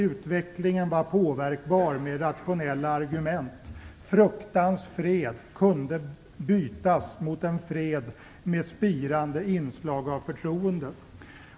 Utvecklingen var påverkbar med rationella argument. Fruktans fred kunde bytas mot en fred med spirande inslag av förtroende.